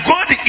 God